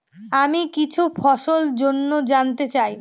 আমি কিছু ফসল জন্য জানতে চাই